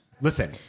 Listen